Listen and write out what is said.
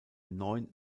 neun